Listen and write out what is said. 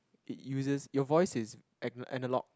it uses your voice is ana~ analogue